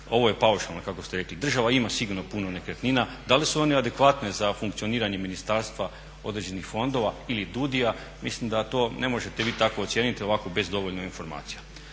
ovo je paušalno kako ste rekli. Država ima sigurno puno nekretnina. Da li su one adekvatne za funkcioniranje ministarstva, određenih fondova ili DUUDI-ja mislim da to ne možete vi tako ocijeniti ovako bez dovoljno informacija.